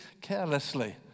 carelessly